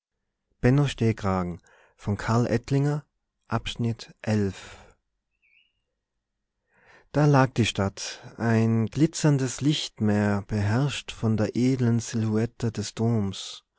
da lag die stadt ein glitzerndes lichtmeer beherrscht von der edlen silhouette des domes